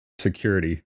security